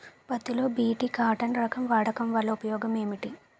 పత్తి లో BT cotton రకం వాడకం వల్ల ఉపయోగం ఏమిటి?